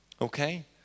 okay